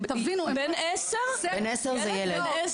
בן 10 זה ילד.